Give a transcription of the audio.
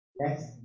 Next